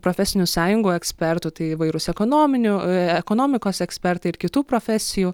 profesinių sąjungų ekspertų tai įvairūs ekonominių ekonomikos ekspertai ir kitų profesijų